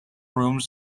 rooms